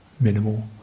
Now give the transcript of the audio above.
minimal